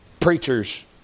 Preachers